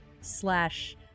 slash